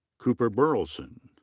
cooper burleson.